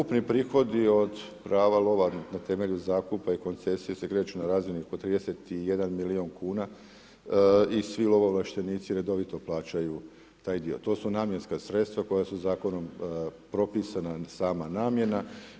Ukupni prihodi od prava lova na temelju zakupa i koncesija se kreću na razini oko 31 milijun kuna i svi lovoovlaštenici redovito plaćaju taj dio, to su namjenska sredstva koja su zakonom propisana, sama namjena.